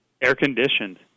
air-conditioned